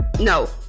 no